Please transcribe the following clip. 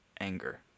anger